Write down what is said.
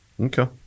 okay